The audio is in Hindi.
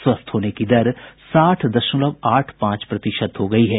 स्वस्थ होने की दर साठ दशमलव आठ पांच प्रतिशत हो गई है